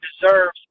deserves